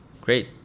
Great